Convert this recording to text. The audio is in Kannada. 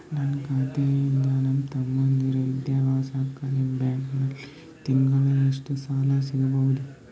ನನ್ನ ಖಾತಾದಾಗಿಂದ ನನ್ನ ತಮ್ಮಂದಿರ ವಿದ್ಯಾಭ್ಯಾಸಕ್ಕ ನಿಮ್ಮ ಬ್ಯಾಂಕಲ್ಲಿ ತಿಂಗಳ ಎಷ್ಟು ಸಾಲ ಸಿಗಬಹುದು?